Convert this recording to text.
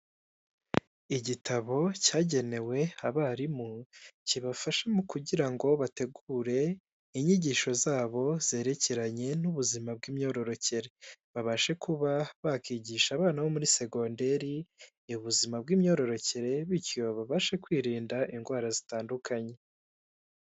Igitabo cyagenewe abarimu, kibafasha mu kugirango bategure inyigisho zabo zerekeranye n'ubuzima bw'imyororokere. Babashe kuba bakigisha abana bo muri segonderi ubuzima bw'imyororokere bityo babashe kwirinda indwara zitandukanye.